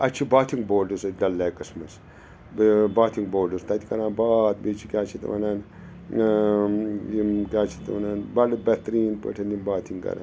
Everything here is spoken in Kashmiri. اَسہِ چھُ باتھِنٛگ بوڈٕس اَتہِ ڈَل لیکَس منٛز باتھِنٛگ بوڈٕس تَتہِ کَران باتھ بیٚیہِ چھِ کیٛاہ چھِ اَتھ وَنان یِم کیٛاہ چھِ اَتھ وَنان بَڑٕ بہتریٖن پٲٹھۍ یِم باتھِنٛگ کَران